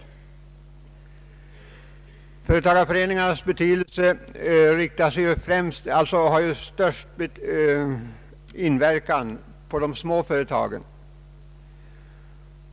Sin största betydelse har företagareföreningarna för de små och medelstora företagen.